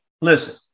Listen